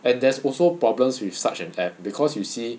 and there's also problems with such an app because you see